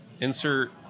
insert